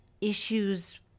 issues